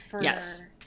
Yes